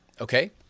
okay